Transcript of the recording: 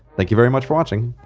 thank you very much for watching!